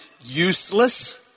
useless